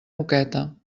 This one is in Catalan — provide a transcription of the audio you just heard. moqueta